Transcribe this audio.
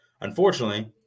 unfortunately